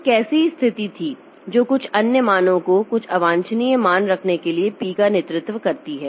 तो कैसी स्थिति थी जो कुछ अन्य मानों को कुछ अवांछनीय मान रखने के लिए p का नेतृत्व करती है